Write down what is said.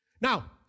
Now